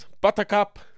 buttercup